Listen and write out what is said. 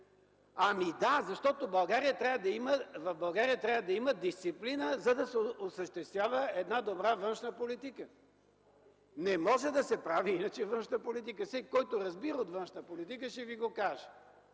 КБ.) Да, защото в България трябва да има дисциплина, за да се осъществява една добра външна политика. Не може да се прави иначе външна политика. Всеки, който разбира от външна политика, ще ви го каже,